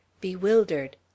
bewildered